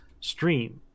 stream